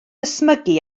ysmygu